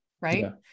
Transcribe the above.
right